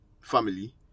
family